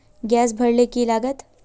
Gas भरले की लागत?